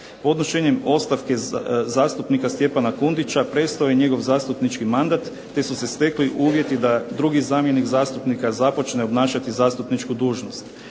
Podnošenjem ostavke zastupnika Stjepana Kundića preostao je njegov zastupnički mandat te su se stekli uvjeti da drugi zamjenik zastupnika započne obnašati zastupničku dužnost.